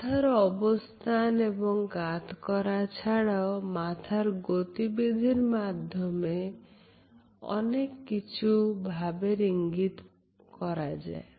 মাথার অবস্থান এবং কাত করা ছাড়াও মাথার গতিবিধির মাধ্যমে অনেক কিছু ভাবের ইঙ্গিত করা যায়